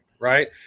right